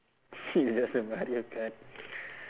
this is just the mario kart